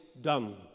done